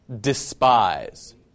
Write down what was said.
despise